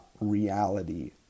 reality